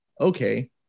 okay